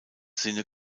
sinne